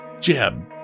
Jeb